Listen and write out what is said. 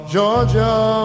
Georgia